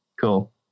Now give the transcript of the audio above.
cool